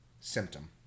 symptom